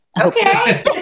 Okay